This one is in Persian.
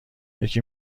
یکی